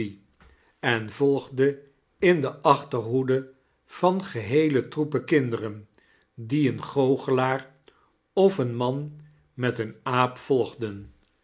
en volgde in de achterhoede van geheele troepen kinder ren die een goochelaar of een man miet eed aap volgden